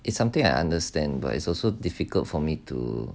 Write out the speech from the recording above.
it's something I understand but it's also difficult for me to